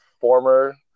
former